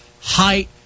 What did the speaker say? height